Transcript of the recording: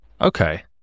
Okay